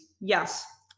Yes